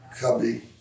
Cubby